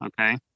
okay